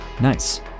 Nice